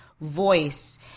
voice